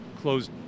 closed